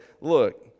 look